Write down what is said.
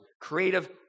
creative